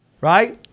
Right